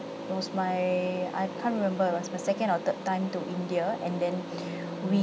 it was my I can't remember it was my second or third time to india and then we